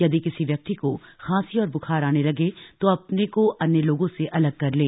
यदि किसी व्यक्ति को खांसी और बुखार आने लगे तो अपने को अन्य लोगों से अलग कर लें